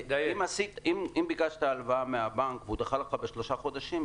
אם ביקשת הלוואה מהבנק והוא דחה לך בשלושה חודשים,